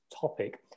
topic